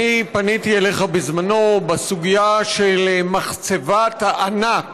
פניתי אליך בזמנו בסוגיה של מחצבת הענק